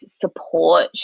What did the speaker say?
support